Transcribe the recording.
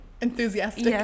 enthusiastic